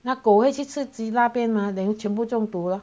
那狗会去吃鸡那边 mah then 全部中毒了